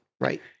right